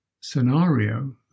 scenario